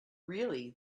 really